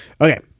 Okay